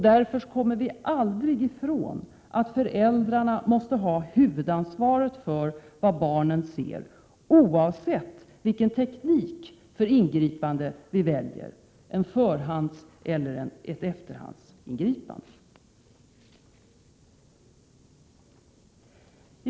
Därför kommer vi aldrig ifrån att föräldrarna måste ha huvudansvaret för vad barnen ser, oavsett vilken teknik för ingripande vi väljer, ett förhandseller efterhandsingripande.